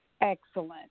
Excellent